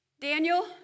Daniel